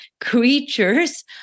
creatures